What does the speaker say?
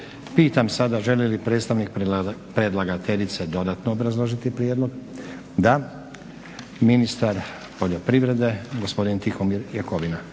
Pitam želi li predstavnik predlagateljice dodatno obrazložiti prijedlog? Da. Ministar poljoprivrede, gospodin Tihomir Jakovina.